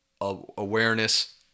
awareness